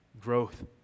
growth